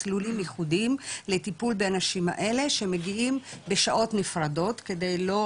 מסלולים ייחודיים לטיפול הנשים האלה שמגיעות בשעות נפרדות כדי לא